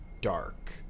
dark